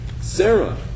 Sarah